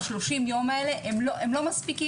30 הימים האלה הם לא מספיקים.